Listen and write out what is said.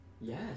Yes